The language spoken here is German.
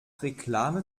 reklame